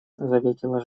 заметила